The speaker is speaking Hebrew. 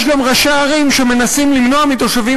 יש גם ראשי ערים שמנסים למנוע מתושבים